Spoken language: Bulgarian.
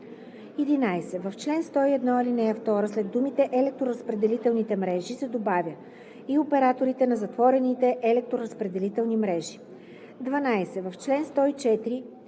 11. В чл. 101, ал. 2 след думите „електроразпределителните мрежи“ се добавя „и операторите на затворените електроразпределителни мрежи“. 12. В чл. 104: а) в ал. 1 след думата „електроразпределителната“ се